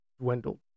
dwindled